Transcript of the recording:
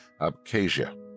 Abkhazia